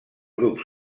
grup